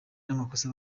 n’amakosa